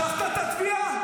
משכת את התביעה?